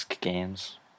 games